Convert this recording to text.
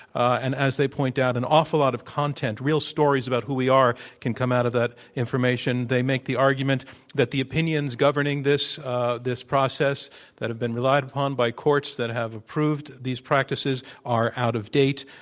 and as they point out, an awful lot of content, real stories about who we are can come out of that information. they make the argument that the opinions governing this this process that have been relied upon by courts courts that have approved these practices are out of date,